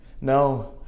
No